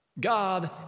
God